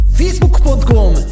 facebook.com